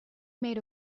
made